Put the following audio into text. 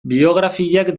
biografiak